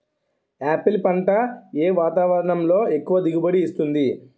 Apple పంట ఏ వాతావరణంలో ఎక్కువ దిగుబడి ఇస్తుంది?